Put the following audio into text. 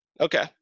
okay